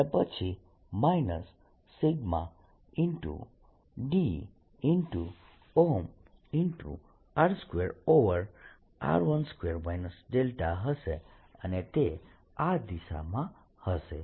અને પછી σ d r12r12 δ હશે અને તે આ દિશામાં હશે